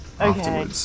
Okay